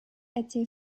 été